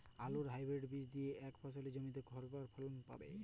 আলুর হাইব্রিড বীজ দিয়ে এক ফসলী জমিতে কয়বার ফলন পাব?